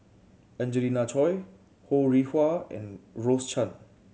Angelina Choy Ho Rih Hwa and Rose Chan